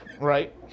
right